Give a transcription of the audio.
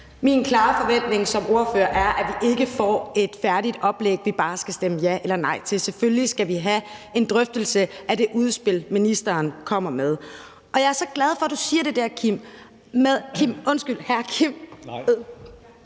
Min klare forventning som ordfører er, at vi ikke får et færdigt oplæg, vi bare skal stemme ja eller nej til. Selvfølgelig skal vi have en drøftelse af det udspil, ministeren kommer med. Og jeg er så glad for, at du siger det der, Kim, undskyld, hr. Kim